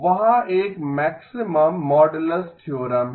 वहाँ एक maximum modulus theorem है